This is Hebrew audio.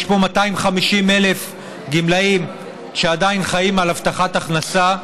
יש פה 250,000 גמלאים שעדיין חיים על הבטחת הכנסה,